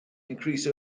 increase